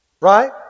Right